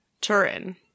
Turin